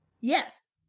Yes